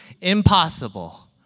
Impossible